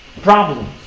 Problems